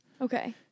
Okay